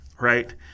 right